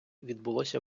відбулося